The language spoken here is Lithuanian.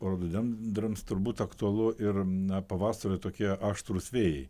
rododendrams turbūt aktualu ir na pavasario tokie aštrūs vėjai